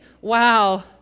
wow